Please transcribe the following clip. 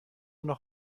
noch